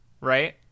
right